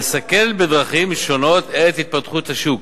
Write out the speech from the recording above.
לסכל בדרכים שונות את התפתחות השוק,